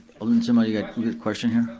alderman zima, you got a question here.